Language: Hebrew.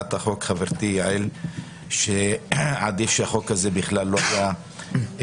למציעת החוק חברתי יעל שעדיף שהחוק הזה בכלל לא היה מגיע.